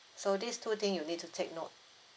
so this two thing you need to take note